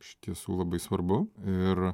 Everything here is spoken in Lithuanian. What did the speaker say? iš tiesų labai svarbu ir